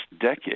decade